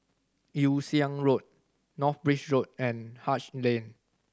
Yew Siang Road North Bridge Road and Haig Lane